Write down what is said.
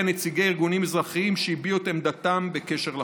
וכן נציגי ארגונים אזרחיים שהביעו את עמדתם בקשר לחוק.